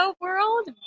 world